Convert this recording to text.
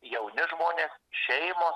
jauni žmonės šeimos